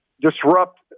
disrupt